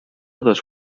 dos